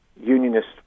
unionist